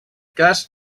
cas